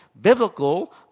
biblical